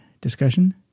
discussion